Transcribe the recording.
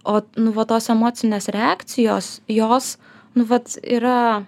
o nu va tos emocinės reakcijos jos nu vat yra